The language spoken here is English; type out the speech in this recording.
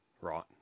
Right